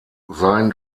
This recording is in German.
sein